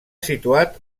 situat